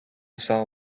saw